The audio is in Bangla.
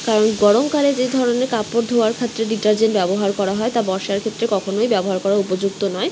কারণ গরমকালে যে ধরনের কাপড় ধোয়ার ক্ষেত্রে ডিটারজেন্ট ব্যবহার করা হয় তা বর্ষার ক্ষেত্রে কখনোই ব্যবহার করা উপযুক্ত নয়